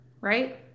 right